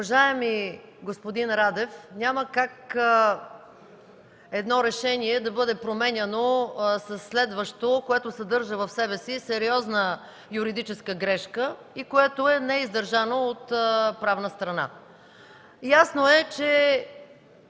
Уважаеми господин Радев, няма как едно решение да бъде променяно със следващо, което съдържа в себе си сериозна юридическа грешка и което е неиздържано от правна страна. Ясно е, че